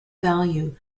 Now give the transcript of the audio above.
value